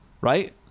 right